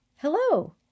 hello